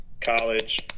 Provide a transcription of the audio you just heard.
College